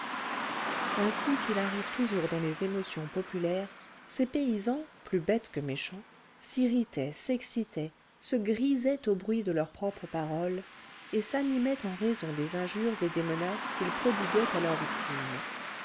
ainsi qu'il arrive toujours dans les émotions populaires ces paysans plus bêtes que méchants s'irritaient s'excitaient se grisaient au bruit de leurs propres paroles et s'animaient en raison des injures et des menaces qu'ils prodiguaient à leur victime